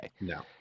No